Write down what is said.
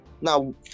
now